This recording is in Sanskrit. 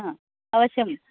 आ अवश्यम्